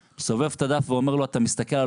סובב את הדף ואמר לו: אתה מסתכל על